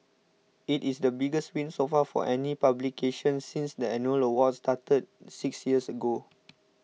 it is the biggest win so far for any publication since the annual awards started six years ago